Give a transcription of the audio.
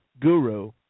Guru